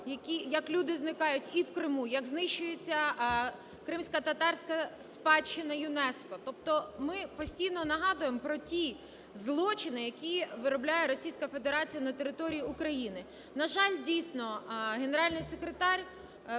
як люди зникають і в Криму, як знищуються кримськотатарська спадщина ЮНЕСКО. Тобто ми постійно нагадуємо про ті злочини, які виробляє Російська Федерація на території України. На жаль, дійсно, Генеральний секретар